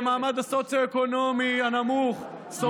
מהמעמד הסוציו-אקונומי הנמוך סובלות,